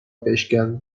بشکن